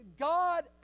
God